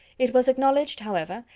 it was acknowledged, however,